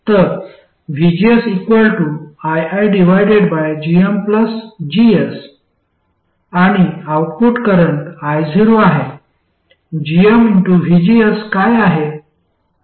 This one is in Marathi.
तर vgsiigmGs आणि आऊटपुट करंट io आहे gmvgs काय आहे